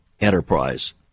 enterprise